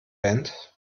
band